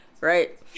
Right